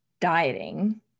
dieting